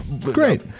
great